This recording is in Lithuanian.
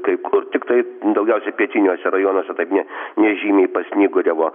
kai kur tiktai daugiausia pietiniuose rajonuose taip ne nežymiai pasnyguriavo